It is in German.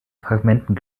fragmenten